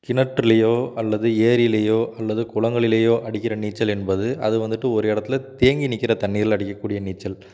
கிணற்றுலேயோ அல்லது ஏரிலேயோ அல்லது குளங்களிலையோ அடிக்கிற நீச்சல் என்பது அது வந்துவிட்டு ஒரு இடத்துல தேங்கி நிற்கிற தண்ணீரில் அடிக்க கூடிய நீச்சல்